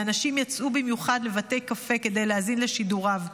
ואנשים יצאו במיוחד לבתי קפה כדי להאזין לשידוריו.